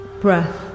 Breath